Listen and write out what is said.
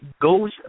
goes